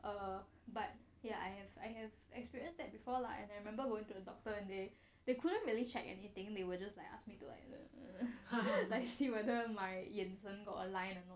err but ya I have I have experience that before lah and I remember going to the doctor and they they couldn't really check anything they were just like ask me to like uh uh whether my 眼神 align or not